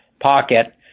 pocket